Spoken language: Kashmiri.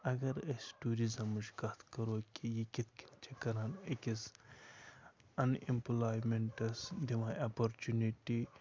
اگر أسۍ ٹوٗرِزَمٕچ کَتھ کَرو کہِ یہِ کِتھ کَنۍ چھِ کَران أکِس اَن اِمپٕلایمنٛٹَس دِوان اٮ۪پورچُنِٹی